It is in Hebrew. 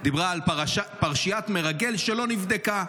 דיבר על פרשיית מרגל שלא נבדקה.